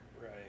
right